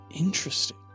Interesting